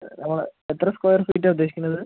നമ്മള് എത്ര സ്ക്വയർ ഫീറ്റാണ് ഉദ്ദേശിക്കുന്നത്